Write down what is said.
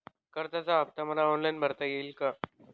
कर्जाचा हफ्ता मला ऑनलाईन भरता येईल का?